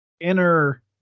inner